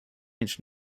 inch